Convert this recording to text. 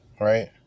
Right